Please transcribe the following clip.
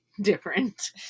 different